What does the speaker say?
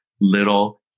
little